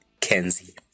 Kenzie